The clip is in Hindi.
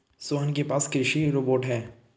सोहन के पास कृषि रोबोट है